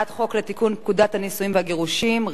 (רישום) אזורי רישום לנישואין של בני-זוג),